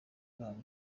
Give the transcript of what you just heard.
babo